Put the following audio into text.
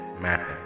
matter